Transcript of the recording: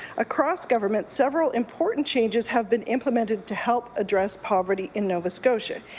across government several important changes have been implemented to help address poverty in nova scotia.